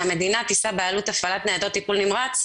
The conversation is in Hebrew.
שהמדינה תישא בעלות הפעלת ניידות טיפול נמרץ,